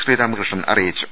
ശ്രീരാമകൃ ഷ്ണൻ അറിയിച്ചു